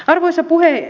arvoisa puhemies